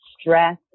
stress